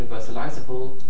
universalizable